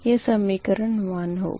यह समीकरण 1 होगा